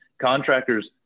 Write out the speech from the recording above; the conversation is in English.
Contractors